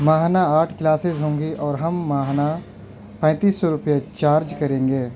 ماہانہ آٹھ کلاسز ہوں گے اور ہم ماہانہ پینتیس سو روپے چارج کریں گے